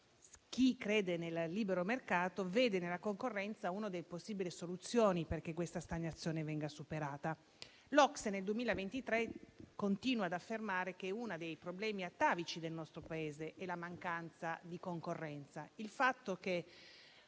chi crede nel libero mercato vede nella concorrenza una delle possibili soluzioni perché questa stagnazione venga superata. L'OCSE nel 2023 continua ad affermare che uno dei problemi atavici del nostro Paese è la mancanza di concorrenza: oligopoli e